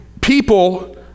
people